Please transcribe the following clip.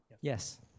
Yes